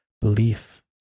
belief